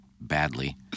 badly